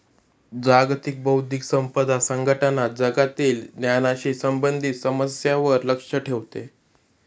जागतिक बौद्धिक संपदा संघटना जगातील ज्ञानाशी संबंधित समस्यांवर लक्ष ठेवते